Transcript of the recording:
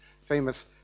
famous